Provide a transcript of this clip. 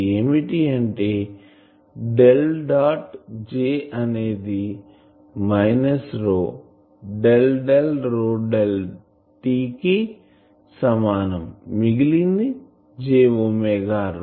అది ఏమిటి అంటే డెల్ డాట్ J అనేది minus del del del t కి సమానం మిగిలింది j ఒమేగా